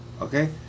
Okay